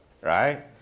right